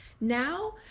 Now